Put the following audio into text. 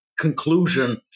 conclusion